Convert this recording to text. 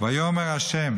"ויאמר ה'